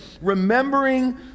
Remembering